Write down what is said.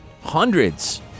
hundreds